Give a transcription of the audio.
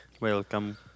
Welcome